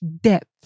depth